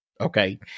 Okay